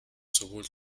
sowohl